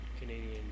Canadian